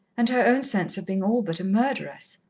and her own sense of being all but a murderess.